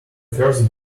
first